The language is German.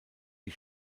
die